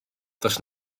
does